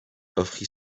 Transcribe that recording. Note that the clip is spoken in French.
offrit